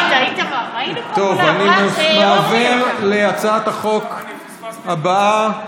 אני עובר להצעת החוק הבאה,